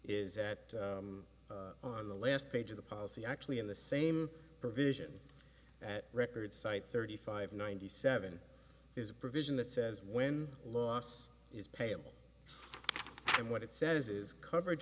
that on the last page of the policy actually in the same provision at record site thirty five ninety seven is a provision that says when loss is payable and what it says is cover